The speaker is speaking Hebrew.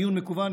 מיון מקוון,